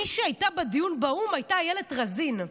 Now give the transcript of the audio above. מי שהייתה בדיון באו"ם הייתה איילת רזין.